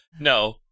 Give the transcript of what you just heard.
No